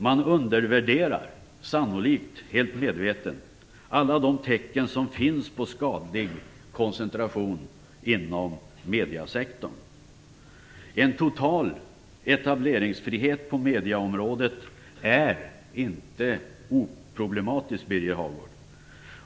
Man undervärderar, sannolikt helt medvetet, alla de tecken som finns på skadlig koncentration inom mediesektorn. En total etableringsfrihet på medieområdet är inte oproblematisk, Birger Hagård.